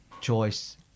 choice